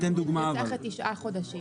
בוא ניקח את תשעה חודשים.